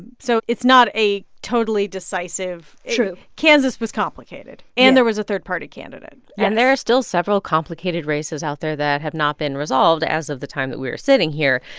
so it's not a totally decisive. true kansas was complicated. and there was a third-party candidate yes and there are still several complicated races out there that have not been resolved as of the time that we're sitting here.